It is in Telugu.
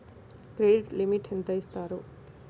క్రెడిట్ లిమిట్ ఎంత ఇస్తారు?